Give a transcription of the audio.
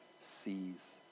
sees